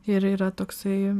ir yra toksai